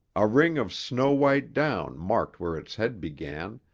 a ring of snow-white down marked where its head began,